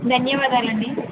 ధన్యవాదాలండి